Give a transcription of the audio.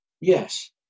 yes